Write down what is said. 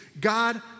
God